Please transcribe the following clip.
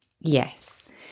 Yes